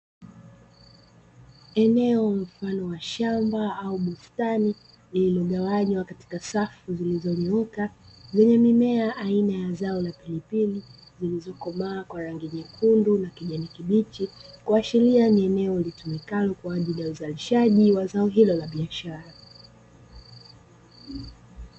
Eneo mfano wa shamba au bustani iliyogawanywa katika safu zilizonyooka ,zenye mimea aina ya zao la pilipili zilizokomaa kwa rangi nyekundu, na kijani kibichi kuashiria kuwa ni eneo litumikalo kwa ajili ya uzalishaji wa zao hilo la biashara.